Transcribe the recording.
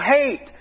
hate